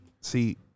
see